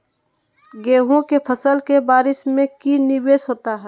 गेंहू के फ़सल के बारिस में की निवेस होता है?